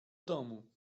domu